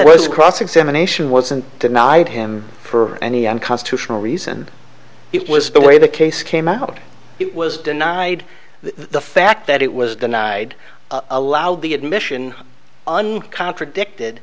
was cross examination wasn't denied him for any unconstitutional reason it was the way the case came out it was denied the fact that it was denied allowed the admission contradicted